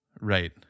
right